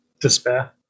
Despair